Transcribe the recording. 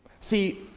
See